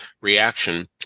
reaction